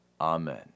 Amen